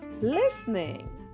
listening